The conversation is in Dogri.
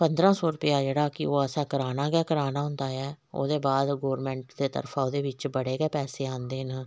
पंदरा सौ रपेऽ जेह्ड़ा कि असें कराने ही कराना होंदा है ओह्दे बाद गौरमैंट दे तरफा ओह्दे बिच्च बड़े गै पैहे आंदे न